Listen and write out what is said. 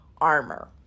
armor